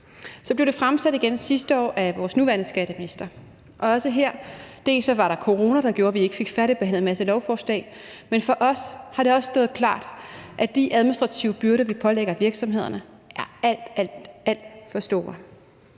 Så blev det fremsat igen sidste år af vores nuværende skatteminister, men her gjorde coronaen, at vi ikke fik færdigbehandlet en masse lovforslag, og for os har det også stået klart, at de administrative byrder, vi pålægger virksomhederne, er alt, alt for store.